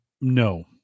No